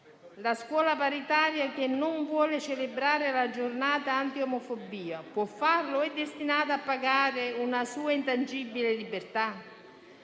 La scuola paritaria che non vuole celebrare la giornata anti-omofobia può farlo o è destinata a pagare una sua intangibile libertà?